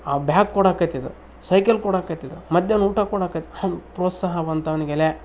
ಆ ಬ್ಯಾಗ್ ಕೊಡಕತಿದ್ದ ಸೈಕಲ್ ಕೊಡಕತಿದ್ದ ಮಧ್ಯಾಹ್ನ ಊಟ ಕೊಡಕ್ಕ ಹಂಗೆ ಪ್ರೋತ್ಸಾಹ ಬಂತವನಿಗೆಲೇ